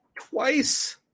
twice